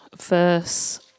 verse